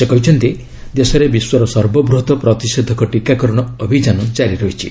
ସେ କହିଛନ୍ତି ଦେଶରେ ବିଶ୍ୱର ସର୍ବବୃହତ୍ ପ୍ରତିଷେଧକ ଟିକାକରଣ ଅଭିଯାନ କାରି ରହିଛି